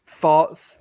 Thoughts